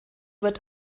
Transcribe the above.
wird